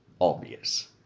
obvious